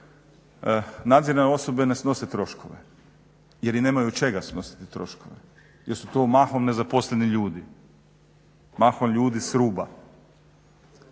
"nadzirane osobe ne snose troškove" jer i nemaju od čega snositi troškove jer su to mahom nezaposleni ljudi, mahom ljudi s ruba.